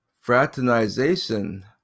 fraternization